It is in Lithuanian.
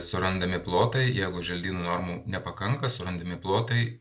surandami plotai jeigu želdynų normų nepakanka surandami plotai